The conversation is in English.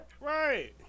Right